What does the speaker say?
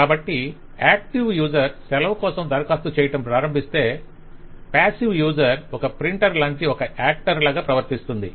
కాబట్టి active user సెలవు కోసం దరఖాస్తు చేయడం ప్రారంభిస్తే పాసివ్ యూసర్ ఒక ప్రింటర్ లాంటి ఒక యాక్టర్ లాగా ప్రవర్తిస్తుంది